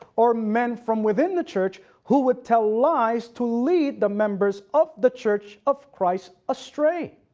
or men from within the church who would tell lies to lead the members of the church of christ astray?